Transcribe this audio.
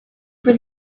for